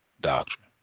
doctrine